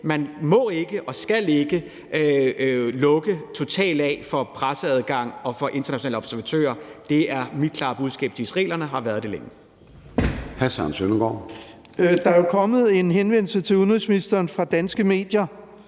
man må ikke og skal ikke lukke totalt af for en presseadgang og for internationale observatører. Det er mit klare budskab til israelerne, og det har det været længe.